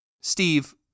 Steve